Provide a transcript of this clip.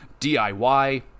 DIY